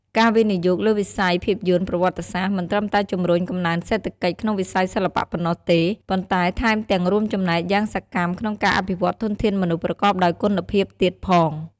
ការវិនិយោគលើវិស័យភាពយន្តប្រវត្តិសាស្ត្រ មិនត្រឹមតែជម្រុញកំណើនសេដ្ឋកិច្ចក្នុងវិស័យសិល្បៈប៉ុណ្ណោះទេ ប៉ុន្តែថែមទាំងរួមចំណែកយ៉ាងសកម្មក្នុងការអភិវឌ្ឍធនធានមនុស្សប្រកបដោយគុណភាពទៀតផង។